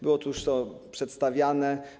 Było tu już to przedstawiane.